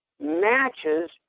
matches